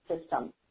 system